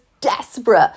desperate